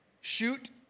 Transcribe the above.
Shoot